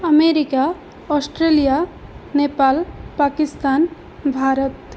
America Australia Nepal Pakistan भारतं